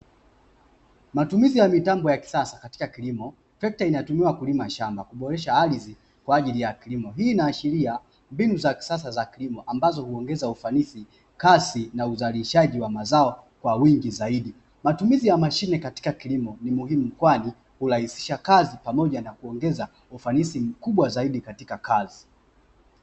Matumizi ya mitambo ya kisasa katika kilimo trekta inatumiwa kulima shamba kuboresha ardhi kwa ajili ya kilimo hii inaashiria mbinu za kisasa za kilimo ambazo huongeza ufanisi kasi na uzalishaji wa mazao kwa wingi zaidi matumizi ya mashine katika kilimo ni muhimu kwani urahisisha kazi pamoja na kuongeza ufanisi mkubwa zaidi katika kazi.